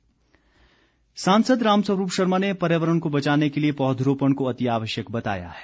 राम स्वरूप सांसद राम स्वरूप शर्मा ने पर्यावरण को बचाने के लिए पौधरोपण को अति आवश्यक बताया है